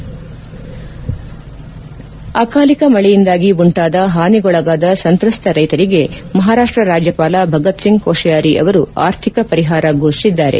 head ಅಕಾಲಿಕ ಮಳೆಯಿಂದಾಗಿ ಉಂಟಾದ ಹಾನಿಗೊಳಗಾದ ಸಂತ್ರಸ್ತ ರೈತರಿಗೆ ಮಹಾರಾಷ್ಟ ರಾಜ್ಜಪಾಲ ಭಗತ್ಸಿಂಗ್ ಕೋಶಯಾರಿ ಅವರು ಆರ್ಥಿಕ ಪರಿಹಾರ ಘೋಷಿಸಿದ್ದಾರೆ